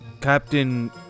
Captain